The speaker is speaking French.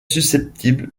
susceptible